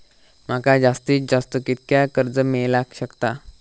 माका जास्तीत जास्त कितक्या कर्ज मेलाक शकता?